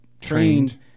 trained